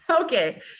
Okay